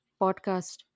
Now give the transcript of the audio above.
podcast